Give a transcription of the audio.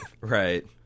Right